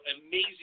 amazing